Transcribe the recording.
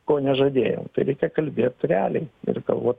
ko nežadėjom tai reikia kalbėt realiai ir galvot